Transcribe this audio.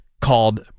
called